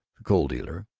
coal-dealer,